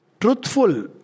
truthful